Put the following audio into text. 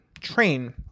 train